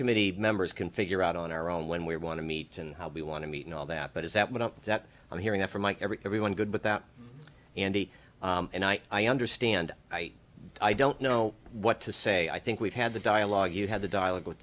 committee members can figure out on our own when we want to meet and how we want to meet all that but is that with that i'm hearing it from my every everyone good without andy and i i understand i i don't know what to say i think we've had the dialogue you had the dialogue with